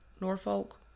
Norfolk